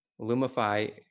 Lumify